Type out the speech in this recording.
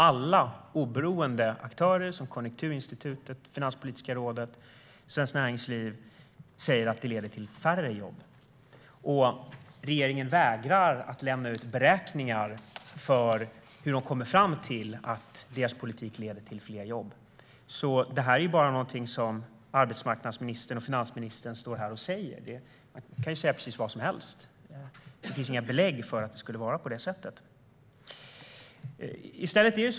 Alla oberoende aktörer - Konjunkturinstitutet, Finanspolitiska rådet, Svenskt Näringsliv - säger att den leder till färre jobb. Regeringen vägrar att lämna ut beräkningar av hur politiken leder fram till fler jobb. Det här är bara något som arbetsmarknadsministern och finansministern står här och säger. De kan ju säga precis vad som helst. Det finns inga belägg för att det skulle vara så.